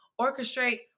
orchestrate